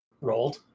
rolled